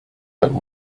that